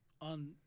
on